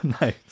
Nice